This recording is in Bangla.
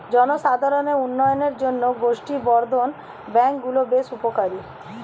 জনসাধারণের উন্নয়নের জন্য গোষ্ঠী বর্ধন ব্যাঙ্ক গুলো বেশ উপকারী